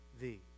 thee